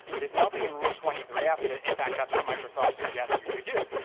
there's nothing in rule twenty three f that in fact, that's what microsoft suggests you should do.